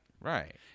Right